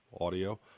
audio